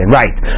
right